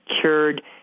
cured